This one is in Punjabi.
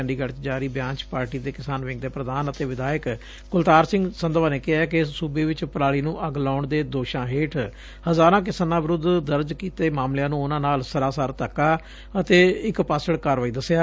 ਚੰਡੀਗੜ ਚ ਜਾਰੀ ਬਿਆਨ ਚ ਪਾਰਟੀ ਦੇ ਕਿਸਾਨ ਵਿੰਗ ਦੇ ਪ੍ਰਧਾਨ ਅਤੇ ਵਿਧਾਇਕ ਕੁਲਤਾਰ ਸਿੰਘ ਸੰਧਵਾਂ ਨੇ ਕਿਹੈ ਕਿ ਸੁਬੇ ਚ ਪਰਾਲੀ ਨੂੰ ਅੱਗ ਲਾਉਣ ਦੇ ਦੋਸ਼ਾਂ ਹੇਠ ਹਜ਼ਾਰਾਂ ਕਿਸਾਨਾਂ ਵਿਰੁੱਧ ਦਰਜ ਕੀਤੇ ਮਾਮਲਿਆਂ ਨੂੰ ਉਨਾਂ ਨਾਲ ਸਰਾਸਰ ਧੱਕਾ ਅਤੇ ਇਕਪਾਸੜ ਕਾਰਵਾਈ ਦਸਿਆ